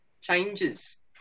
changes